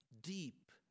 deep